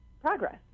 progress